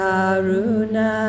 Karuna